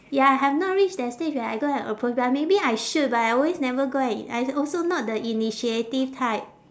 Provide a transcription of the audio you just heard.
ya I have not reach that stage where I go and approach but maybe I should but I always never go and i~ I also not the initiative type